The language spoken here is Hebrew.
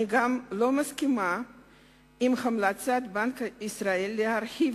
אני גם לא מסכימה עם המלצת בנק ישראל להרחיב